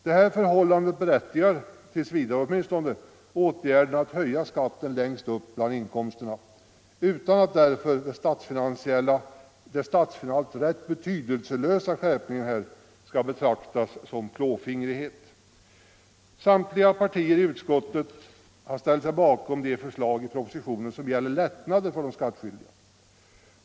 Detta förhållande berättigar, åtminstone tills vidare, åtgärden att höja skatten längst upp bland inkomsterna utan att därför den statsfinansiellt rätt betydelselösa skärpningen skall betraktas som ren klåfingrighet. Samtliga partier i utskottet har ställt sig bakom de förslag i propositionen som gäller lättnader för de skattskyldiga.